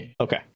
okay